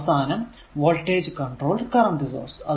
അവസാനം voltage controlled current source